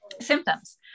symptoms